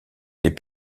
les